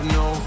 no